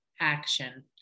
action